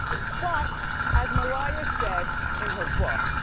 but as mariah said in her book,